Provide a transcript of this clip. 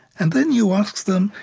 and then you ask them,